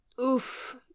Oof